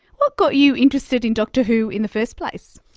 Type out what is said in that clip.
what got you interested in doctor who in the first place?